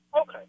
Okay